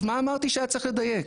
אז מה אמרתי שהיה צריך לדייק.